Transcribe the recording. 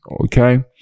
Okay